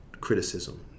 criticism